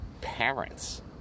parents